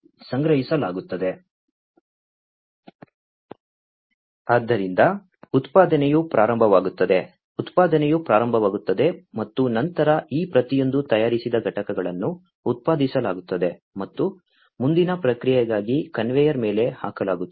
ಆದ್ದರಿಂದ ಉತ್ಪಾದನೆಯು ಪ್ರಾರಂಭವಾಗುತ್ತದೆ ಉತ್ಪಾದನೆಯು ಪ್ರಾರಂಭವಾಗುತ್ತದೆ ಮತ್ತು ನಂತರ ಈ ಪ್ರತಿಯೊಂದು ತಯಾರಿಸಿದ ಘಟಕಗಳನ್ನು ಉತ್ಪಾದಿಸಲಾಗುತ್ತದೆ ಮತ್ತು ಮುಂದಿನ ಪ್ರಕ್ರಿಯೆಗಾಗಿ ಕನ್ವೇಯರ್ ಮೇಲೆ ಹಾಕಲಾಗುತ್ತದೆ